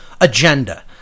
agenda